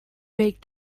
make